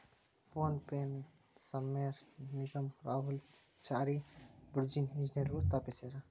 phone ಪೆನ ಸಮೇರ್ ನಿಗಮ್ ರಾಹುಲ್ ಚಾರಿ ಬುರ್ಜಿನ್ ಇಂಜಿನಿಯರ್ಗಳು ಸ್ಥಾಪಿಸ್ಯರಾ